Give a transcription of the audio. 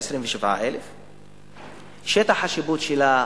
27,000. שטח השיפוט שלה,